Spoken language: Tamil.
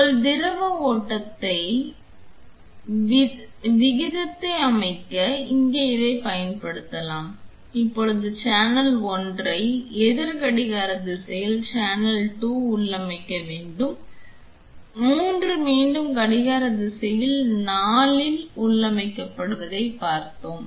உங்கள் திரவ ஓட்ட விகிதத்தை அமைக்க இதை இங்கே பயன்படுத்தலாம் இப்போது சேனல் 1 ஐ எதிர் கடிகார திசையில் சேனல் 2 உள்ளமைக்க வேண்டும் 3 மீண்டும் கடிகார திசையில் 4 இல் எதிர் கடிகார திசையில் உள்ளமைக்கப்படுவதைப் பார்த்தோம்